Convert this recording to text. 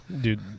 Dude